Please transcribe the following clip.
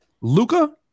Luca